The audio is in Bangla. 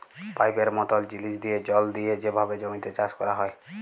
পাইপের মতল জিলিস দিঁয়ে জল দিঁয়ে যেভাবে জমিতে চাষ ক্যরা হ্যয়